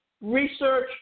Research